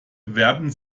werben